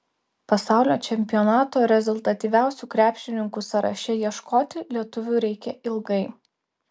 pasaulio čempionato rezultatyviausių krepšininkų sąraše ieškoti lietuvių reikia ilgai